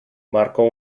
marcó